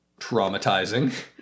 traumatizing